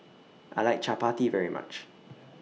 I like Chapati very much